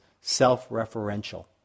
self-referential